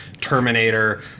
Terminator